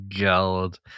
God